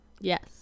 Yes